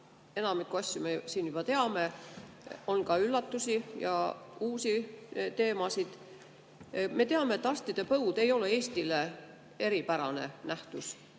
Enamikku asju me juba teame, aga on ka üllatusi ja uusi teemasid. Me teame, et arstide põud ei ole Eestile eripärane nähtus.